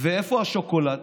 ואיפה השוקולד?